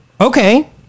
Okay